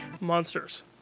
Monsters